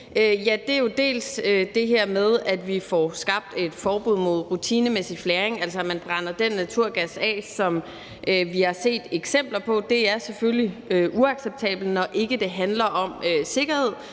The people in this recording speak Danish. vigtigt, er dels det her med, at vi får skabt et forbud mod rutinemæssig flaring, altså at man brænder den her naturgas af, som vi har set eksempler på. Det er selvfølgelig uacceptabelt, når ikke det handler om sikkerhed;